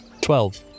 Twelve